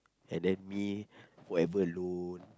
and then me forever alone